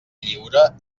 lliure